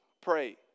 Pray